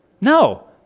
No